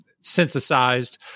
synthesized